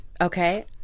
okay